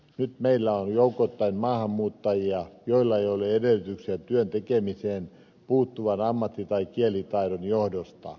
nyt meillä on joukoittain maahanmuuttajia joilla ei ole edellytyksiä työn tekemiseen puuttuvan ammatti tai kielitaidon johdosta